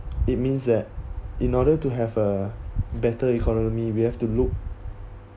it means that in order to have a better economy we have to look